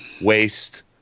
waste